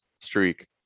streak